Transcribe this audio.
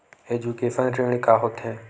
Education ऋण का होथे?